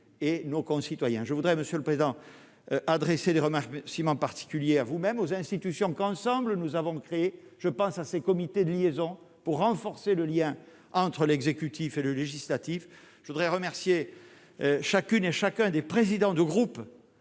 et nos concitoyens, je voudrais monsieur le président, adressé des remarques ciment particulier à vous-même, aux institutions qu'ensemble, nous avons créé, je pense à ces comités de liaison pour renforcer le lien entre l'exécutif et le législatif, je voudrais remercier chacune et chacun des présidents de groupe,